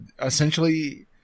essentially